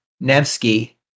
Nevsky